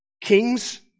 Kings